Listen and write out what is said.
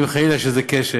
אם חלילה יש איזה כשל,